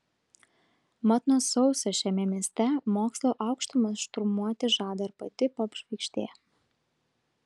mat nuo sausio šiame mieste mokslo aukštumas šturmuoti žada ir pati popžvaigždė